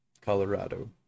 Colorado